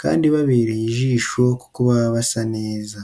kandi babereye ijisho kuko baba basa neza.